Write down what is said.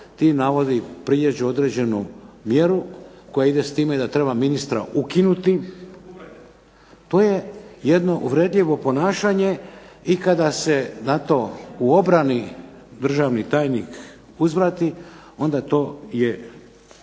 ti navodi prijeđu određenu mjeru koja ide s time da treba ministra ukinuti to je jedno uvredljivo ponašanje i kada se na to u obrani državni tajnik uzvrati onda to je u skladu